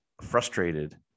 frustrated